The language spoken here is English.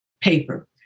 paper